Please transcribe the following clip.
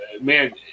man